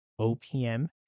OPM